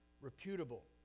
reputable